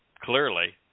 Clearly